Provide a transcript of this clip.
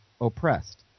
oppressed